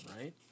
right